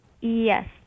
Yes